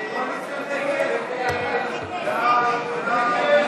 הצעת סיעת המחנה הציוני